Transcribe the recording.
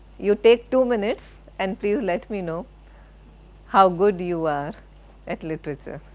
you take two minutes and please let me know how good you are at literature.